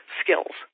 skills